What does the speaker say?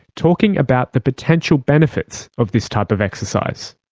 talking about the potential benefits of this type of exercise.